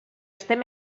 estem